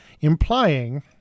implying